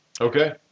Okay